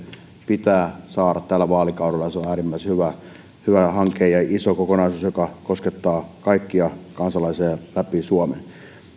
pitää saada loppuun tällä vaalikaudella ja se on äärimmäisen hyvä hanke ja iso kokonaisuus joka koskettaa kaikkia kansalaisia läpi suomen